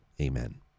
Amen